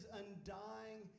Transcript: undying